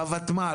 בותמ"ל,